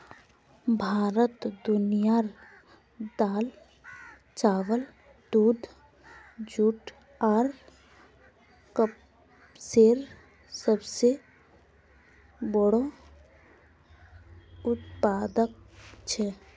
भारत दुनियार दाल, चावल, दूध, जुट आर कपसेर सबसे बोड़ो उत्पादक छे